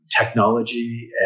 technology